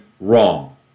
wrong